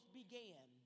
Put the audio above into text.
began